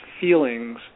feelings